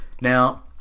Now